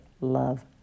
love